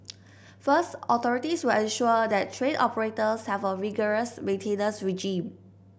first authorities will ensure that train operators have a rigorous maintenance regime